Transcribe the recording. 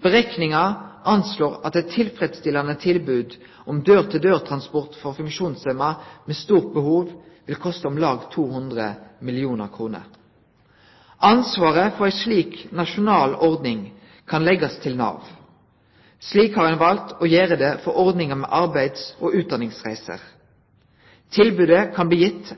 Berekningar anslår at eit tilfredsstillande tilbod om dør til dørtransport for funksjonshemma med stort behov vil koste om lag 200 mill. kr. Ansvaret for ei slik nasjonal ordning kan leggjast til Nav. Slik har ein valt å gjere det for ordninga med arbeids- og utdanningsreiser. Tilbodet kan bli gitt,